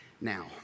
Now